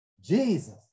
Jesus